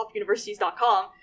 topuniversities.com